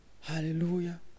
Hallelujah